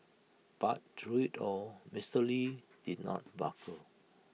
but through IT all Mister lee did not buckle